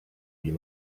you